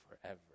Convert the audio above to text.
forever